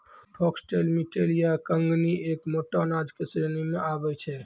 foxtail millet या कंगनी एक मोटो अनाज के श्रेणी मॅ आबै छै